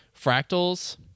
Fractals